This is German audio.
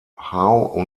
howe